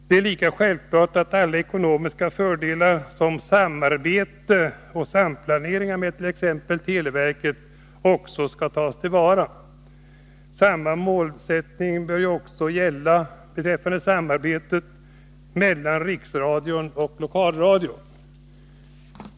Det är lika självklart att alla ekonomiska fördelar, som samarbete och samplanering med t.ex. televerket, också skall tas till vara. Samma målsättning bör också gälla beträffande samarbetet mellan riksradion och lokalradion.